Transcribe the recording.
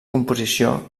composició